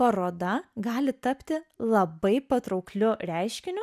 paroda gali tapti labai patraukliu reiškiniu